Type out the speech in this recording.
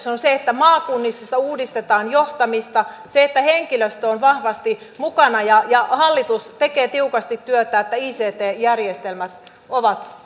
on se että maakunnissa uudistetaan johtamista se että henkilöstö on vahvasti mukana ja ja hallitus tekee tiukasti työtä että ict järjestelmät ovat